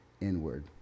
inward